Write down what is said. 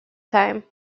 time